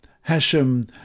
Hashem